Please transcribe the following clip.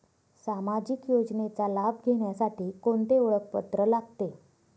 सामाजिक योजनेचा लाभ घेण्यासाठी कोणते ओळखपत्र लागते?